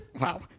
Wow